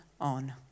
on